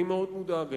אני מאוד מודאג,